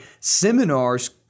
Seminars